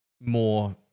more